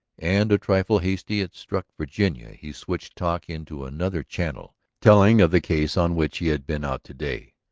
and, a trifle hastily it struck virginia, he switched talk into another channel, telling of the case on which he had been out to-day,